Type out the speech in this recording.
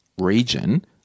region